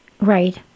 Right